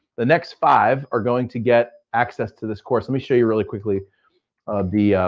the next five are going to get access to this course. let me show you really quickly the